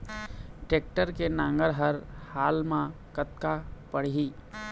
Tractor के नांगर हर हाल मा कतका पड़िही?